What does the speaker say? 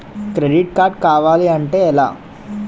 Credit card కావాలి అంటే ఎలా?